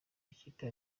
makipe